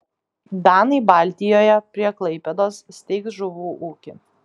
danai baltijoje prie klaipėdos steigs žuvų ūkį